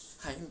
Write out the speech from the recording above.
还没